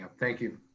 thank you.